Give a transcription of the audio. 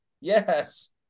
Yes